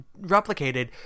replicated